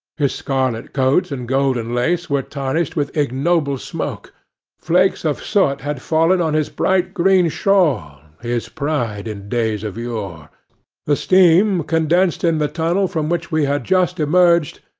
his scarlet coat and golden lace were tarnished with ignoble smoke flakes of soot had fallen on his bright green shawl his pride in days of yore the steam condensed in the tunnel from which we had just emerged,